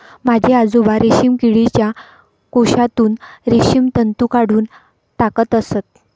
माझे आजोबा रेशीम किडीच्या कोशातून रेशीम तंतू काढून टाकत असत